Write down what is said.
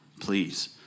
please